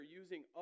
using